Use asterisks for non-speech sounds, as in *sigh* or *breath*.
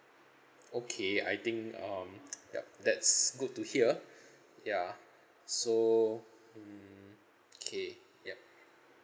okay I think um *noise* yup that's good to hear *breath* ya so hmm K yup